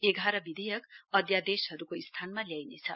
एघार विधेयक अध्यादेशहरुको स्थानमा ल्याइनेछ